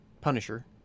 Punisher